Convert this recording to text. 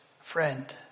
friend